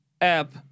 App